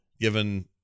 given